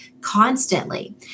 constantly